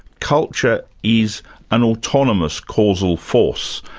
culture is an autonomous causal force.